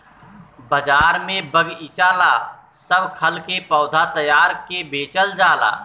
बाजार में बगएचा ला सब खल के पौधा तैयार क के बेचल जाला